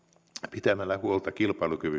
pitämällä huolta kilpailukyvystämme